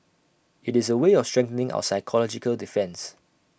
IT is A way of strengthening our psychological defence